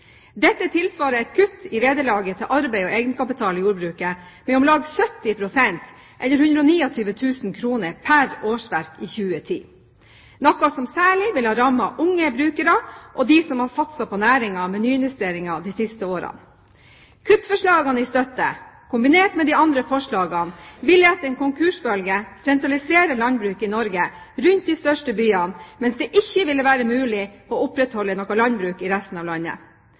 Dette tilsvarer et kutt i vederlaget til arbeid og egenkapital i jordbruket med om lag 70 pst. eller 129 000 kr pr. årsverk i 2010 – noe som særlig ville rammet unge brukere og de som har satset på næringen med nyinvesteringer de siste årene. Kuttforslagene i støtte, kombinert med de andre forslagene, ville etter en konkursbølge sentralisere landbruket i Norge rundt de største byene, mens det ikke ville være mulig å opprettholde noe landbruk i resten av landet.